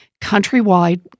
countrywide